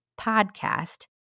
podcast